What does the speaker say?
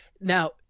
Now